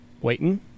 waiting